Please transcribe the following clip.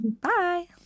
Bye